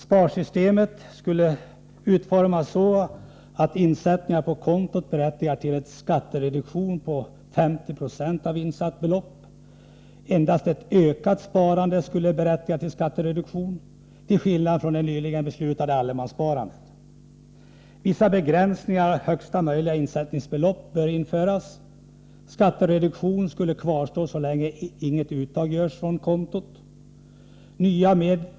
Sparsystemet skulle utformas så, att insättningar på kontot berättigar till en skattereduktion med 50 96 av insatt belopp. Endast ett ökat sparande skulle berättiga till skattereduktion, till skillnad från nyligen beslutat allemanssparande. Vissa begränsningar av högsta möjliga insättningsbelopp bör införas. Skattereduktionen skulle kvarstå så länge inget uttag görs från kontot.